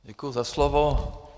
Děkuji za slovo.